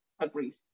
agrees